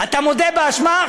אתה מודה באשמה?